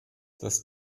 dass